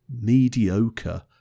mediocre